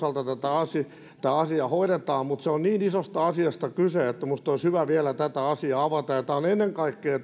kirjattu että esimerkiksi liikunnan osalta tämä asia hoidetaan mutta siinä on niin isosta asiasta kyse että minusta olisi hyvä vielä tätä asiaa avata ja tämä on tärkeää ennen kaikkea